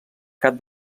cap